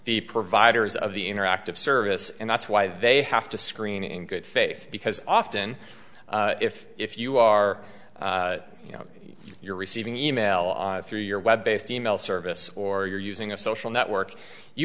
the providers of the interactive service and that's why they have to screen in good faith because often if if you are you know you're receiving the e mail through your web based email service or you're using a social network you